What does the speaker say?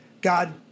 God